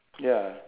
ya